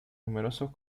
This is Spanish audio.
numerosos